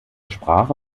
sprache